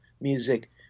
music